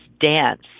dance